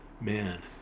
man